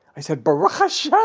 i said, baruch hashem! ah